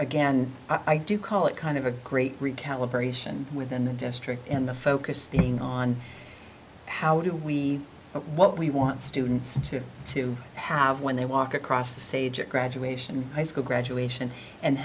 again i do call it kind of a great recalibration within the district and the focus being on how do we know what we want students to to have when they walk across the stage at graduation high school graduation and